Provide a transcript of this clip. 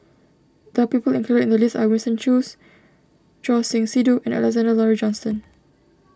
the people included in the list are Winston Choos Choor Singh Sidhu and Alexander Laurie Johnston